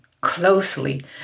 closely